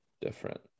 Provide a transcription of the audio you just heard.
different